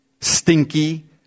stinky